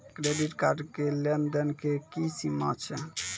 Credit card के लेन देन के की सीमा छै?